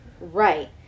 Right